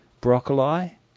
broccoli